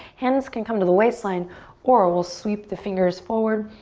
hands can come to the waistline or we'll sweep the fingers forward,